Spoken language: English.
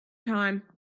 time